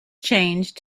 changed